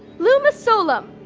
lumis solum.